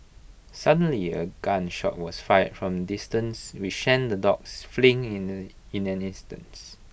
suddenly A gun shot was fired from distance which sent the dogs fleeing in the in an instant